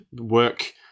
work